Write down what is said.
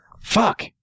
Fuck